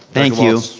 thank you.